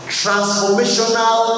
transformational